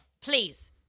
please